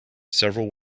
several